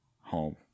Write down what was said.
home